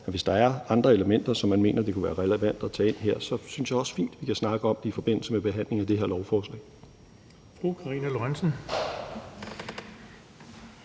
hvis der er andre elementer, som man mener det kunne være relevant at tage ind her, så synes jeg også fint, at vi kan snakke om det i forbindelse med behandlingen af det her lovforslag.